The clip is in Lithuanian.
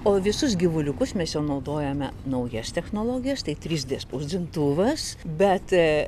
o visus gyvuliukus mes jau naudojame naujas technologijas tai trys d spausdintuvas bet